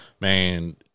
man